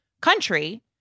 country